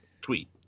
tweet